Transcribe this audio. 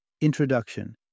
Introduction